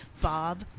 Bob